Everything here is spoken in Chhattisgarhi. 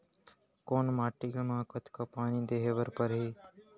कोन माटी म कतका पानी देहे बर परहि?